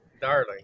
Darling